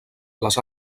les